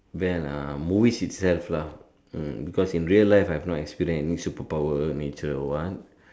well ah movies itself lah hmm because in real life I have not experience any superpower in nature or what